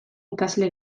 ikasle